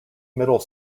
middle